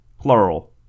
Plural